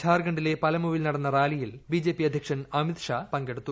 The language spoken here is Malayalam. ഝാർഖണ്ഡിലെ പലമുവിൽ നടന്ന റാലിയിൽ ബിജെപി അദ്ധ്യക്ഷൻ അമിത്ഷാ പങ്കെടുത്തു